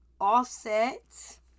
Offset